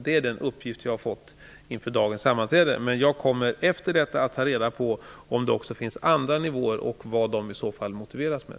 Det är alltså den uppgift som jag har fått inför dagens sammanträde. Men jag kommer efter detta att ta reda på om det också finns andra nivåer och vad de i så fall motiveras med.